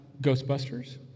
ghostbusters